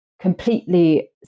completely